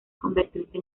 convertirse